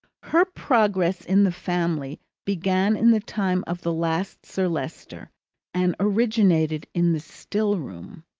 her progress in the family began in the time of the last sir leicester and originated in the still-room.